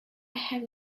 have